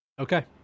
okay